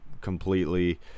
completely